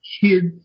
kids